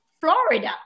Florida